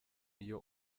iyo